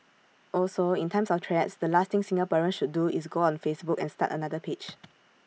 also in times of threats the last thing Singaporeans should do is go on Facebook and start another page